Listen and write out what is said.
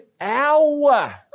hour